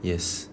yes